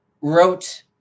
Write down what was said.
wrote